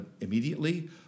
immediately